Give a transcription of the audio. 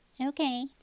Okay